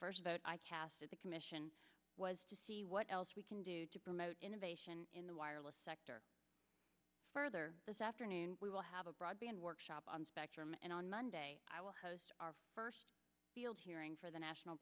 first vote i cast at the commission was to see what else we can do to promote innovation in the wireless sector further this afternoon we will have a broadband workshop on spectrum and on monday i will host our first field hearing for the national